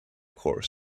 course